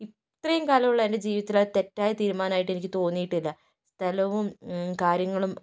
ഇത്രയും കാലമുള്ള എൻ്റെ ജീവിതത്തിലത് തെറ്റായ തീരുമാനായിട്ട് എനിക്ക് തോന്നിയിട്ടില്ല സ്ഥലവും കാര്യങ്ങളും